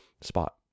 spot